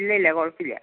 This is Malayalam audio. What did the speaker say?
ഇല്ലില്ല കുഴപ്പമില്ല